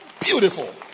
Beautiful